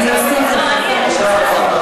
אני אוסיף לך כמה שתצטרך.